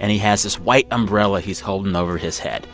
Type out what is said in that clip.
and he has this white umbrella he's holding over his head.